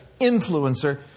influencer